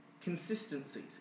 consistencies